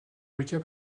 fabriqués